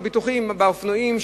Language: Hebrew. בביטוחים באופנועים,